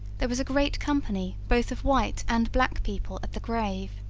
there was a great company both of white and black people at the grave.